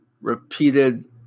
repeated